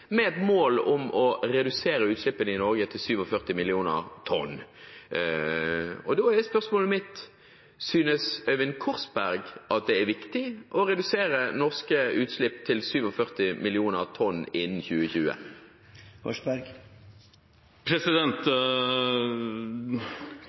med et mål om å redusere utslippene i Norge til 47 millioner tonn. Da er spørsmålet mitt: Synes Øyvind Korsberg at det er viktig å redusere norske utslipp til 47 millioner tonn innen 2020?